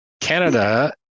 Canada